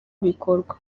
bikorwa